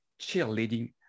cheerleading